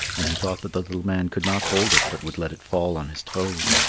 and he thought that the little man could not hold it but would let it fall on his toes.